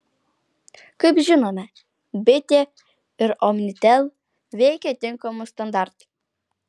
kaip žinome bitė ir omnitel veikia tinkamu standartu